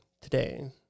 today